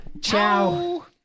Ciao